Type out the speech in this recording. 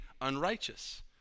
unrighteous